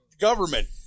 government